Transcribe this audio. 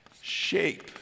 Shape